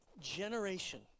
generation